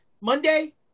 Monday